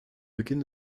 beginn